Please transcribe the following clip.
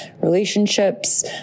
relationships